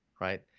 right